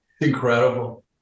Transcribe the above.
Incredible